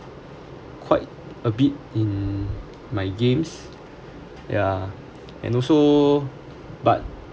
quite a bit in my games ya and also but